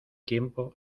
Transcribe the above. tiempo